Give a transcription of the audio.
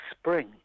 spring